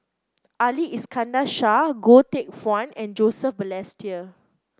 Ali Iskandar Shah Goh Teck Phuan and Joseph Balestier